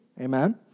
Amen